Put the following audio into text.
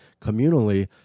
communally